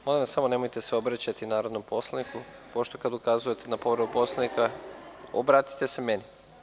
Molim vas, nemojte se obraćati narodnom poslaniku, pošto ukazujete na povredu Poslovnika, obratite se meni.